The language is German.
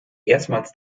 erstmals